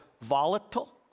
volatile